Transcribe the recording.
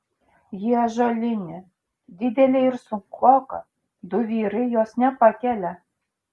ji ąžuolinė didelė ir sunkoka du vyrai jos nepakelia